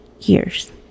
Years